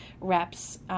reps